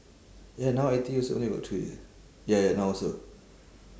ya now I_T_E also only got three ya ya now also